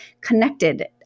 connected